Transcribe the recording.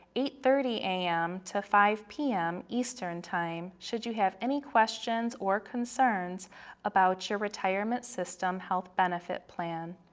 eight thirty a m. to five zero p m. eastern time should you have any questions or concerns about your retirement system health benefit plan.